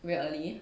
very early